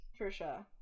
Trisha